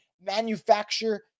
manufacture